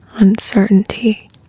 uncertainty